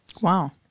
Wow